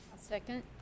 Second